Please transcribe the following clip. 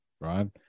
right